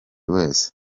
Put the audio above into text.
wese